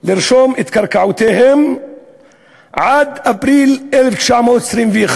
לרשום את קרקעותיהם עד אפריל 1921,